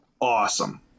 awesome